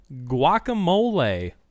guacamole